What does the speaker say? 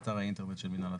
66,